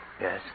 yes